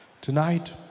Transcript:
Tonight